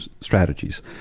strategies